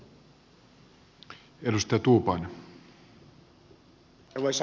arvoisa puhemies